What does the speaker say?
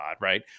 right